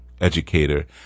educator